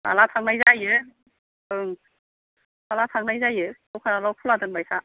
माब्ला थांनाय जायो माब्ला थांनाय जायो दखानाल' खुला दोनबाय था